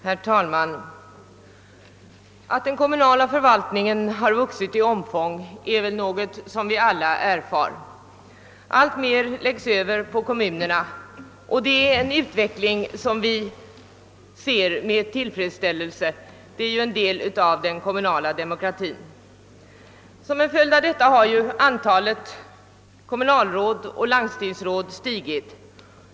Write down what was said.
Herr talman! Att den kommunala förvaltningen har vuxit i omfång är väl något som vi alla erfarit. Alltmer läggs över på kommunerna, vilket är en utveckling som vi ser med tillfredsställelse — det är ju en del av den kommunala demokratin. Som en följd av detta har antalet kommunalråd och landstingsråd stigit.